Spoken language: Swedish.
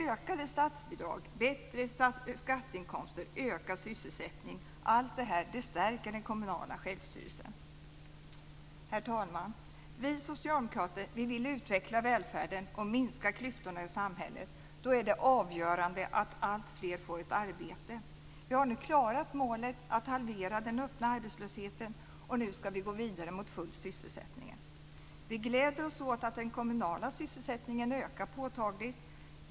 Ökade statsbidrag, bättre skatteinkomster och ökad sysselsättning - allt detta stärker den kommunala självstyrelsen. Herr talman!